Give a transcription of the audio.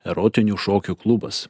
erotinių šokių klubas